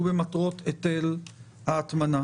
הוא במטרות היטל ההטמנה.